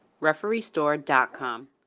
refereestore.com